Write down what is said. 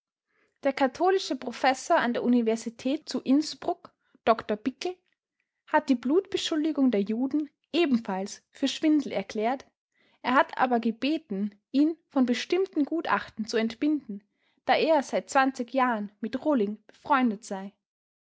der katholische professor an der universität zu innsbruck dr bickel hat die blutbeschuldigung der juden ebenfalls für schwindel erklärt er hat aber gebeten ihn von bestimmten gutachten zu entbinden da er seit zwanzig jahren mit rohling befreundet sei